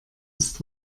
ist